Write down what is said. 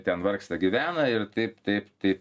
ten vargsta gyvena ir taip taip taip